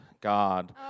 God